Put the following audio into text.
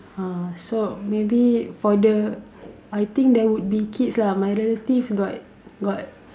ah so maybe for the I think there would be kids lah my relatives got got